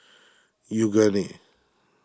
Yoogane